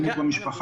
כי בנושא משפחה,